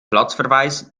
platzverweis